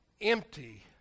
empty